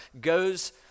goes